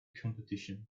competition